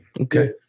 Okay